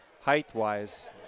height-wise